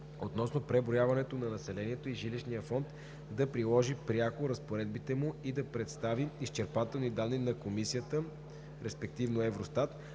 относно преброяването на населението и жилищния фонд да приложи пряко разпоредбите му и да представи изчерпателни данни на Комисията (Евростат),